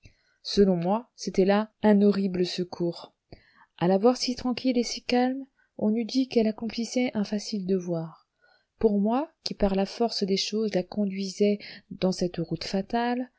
selon moi c'était là un horrible secours à la voir si tranquille et si calme on eût dit qu'elle accomplissait un facile devoir pour moi qui par la force des choses la conduisais dans cette route fatale